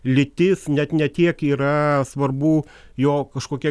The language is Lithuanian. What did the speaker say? lytis net ne tiek yra svarbu jo kažkokia